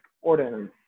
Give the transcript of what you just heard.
ordinance